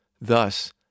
thus